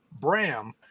Bram